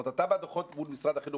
בדוחות מול משרד החינוך,